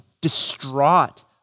distraught